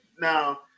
Now